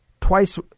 twice